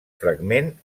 fragment